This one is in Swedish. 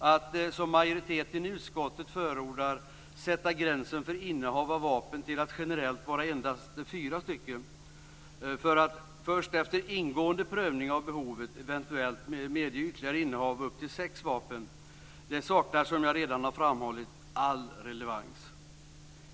Att, som majoriteten i utskottet förordar, sätta gränsen för innehav av vapen till generellt endast fyra och att först efter ingående prövning av behovet eventuellt medge ytterligare innehav av upp till sex vapen saknar, som jag redan har framhållit, all relevans.